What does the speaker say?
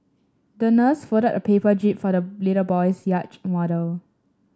the nurse folded a paper jib for the little boy's yacht model